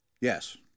Yes